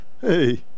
Hey